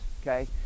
okay